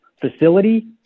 facility